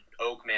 Oakman